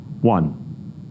one